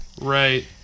Right